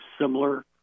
similar